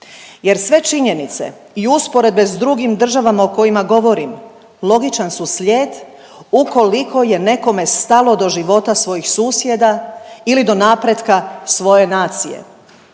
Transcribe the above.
jer sve činjenice i usporedbe s drugim državama o kojima govorim logičan su slijed ukoliko je nekome stalo do života svojih susjeda ili do napretka svoje nacije.